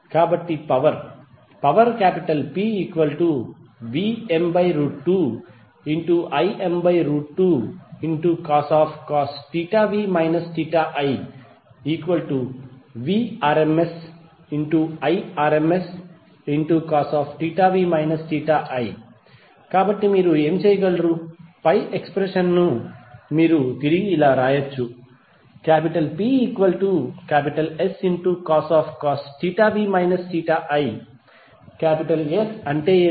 కాబట్టి power PVm2Im2cos v i Vrms Irmscosv i కాబట్టి మీరు ఏమి చేయగలరు పై ఎక్స్ప్రెషన్ ను మీరు తిరిగి ఇలా వ్రాయవచ్చు P Scos v i S అంటే ఏమిటి